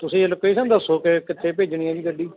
ਤੁਸੀਂ ਲੋਕੇਸ਼ਨ ਦੱਸੋ ਕਿ ਕਿੱਥੇ ਭੇਜਣੀ ਆ ਜੀ ਗੱਡੀ